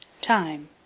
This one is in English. Time